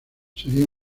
sería